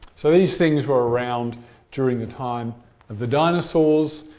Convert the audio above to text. so these things were around during the time of the dinosaurs.